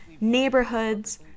neighborhoods